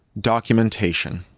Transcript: documentation